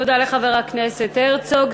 תודה לחבר הכנסת הרצוג.